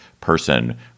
person